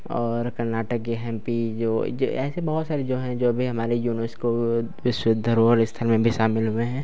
और कर्नाटक के M P जो जे ऐसे बहुत सारी जो हैं जो भी हमारे यूनेस्को विश्व धरोहर स्थल में भी शामिल हुए हैं